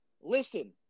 listen